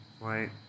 right